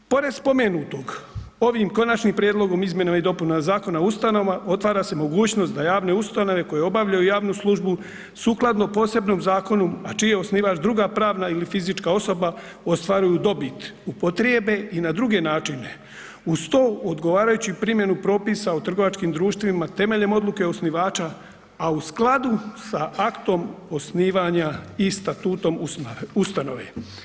Pored spomenutog, ovim Konačnim prijedlogom o izmjenama i dopunama Zakona o ustanovama otvara se mogućnost da javne ustanove koje obavljaju javnu službu sukladno posebnom zakonu, a čiji je osnivač druga pravna ili fizička osoba ostvaruju dobit, upotrijebe i na druge načine, uz to u odgovarajuću primjenu propisa u trgovačkim društvima temeljem odluke osnivača, a u skladu sa aktom osnivanja i statutom ustanove.